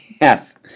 Yes